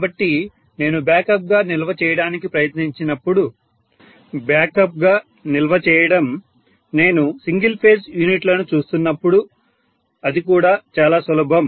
కాబట్టి నేను బ్యాకప్గా నిల్వ చేయడానికి ప్రయత్నించినప్పుడు బ్యాకప్గా నిల్వ చేయడం నేను సింగిల్ ఫేజ్ యూనిట్లను చూస్తున్నప్పుడు అది కూడా చాలా సులభం